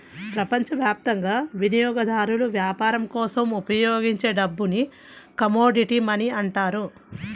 ప్రపంచవ్యాప్తంగా వినియోగదారులు వ్యాపారం కోసం ఉపయోగించే డబ్బుని కమోడిటీ మనీ అంటారు